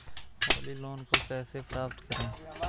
Holi loan को कैसे प्राप्त करें?